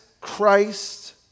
Christ